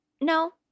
No